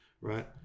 right